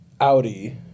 Audi